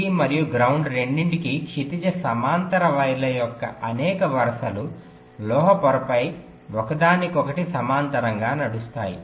VDD మరియు ground రెండింటికీ క్షితిజ సమాంతర వైర్ల యొక్క అనేక వరుసలు లోహ పొరపై ఒకదానికొకటి సమాంతరంగా నడుస్తాయి